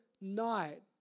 night